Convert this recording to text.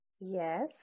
Yes